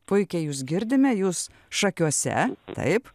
puikiai jus girdime jūs šakiuose taip